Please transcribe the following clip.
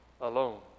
alone